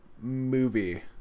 movie